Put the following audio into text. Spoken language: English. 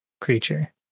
creature